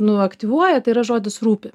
nu aktyvuoja tai yra žodis rūpi